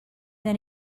then